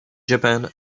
japan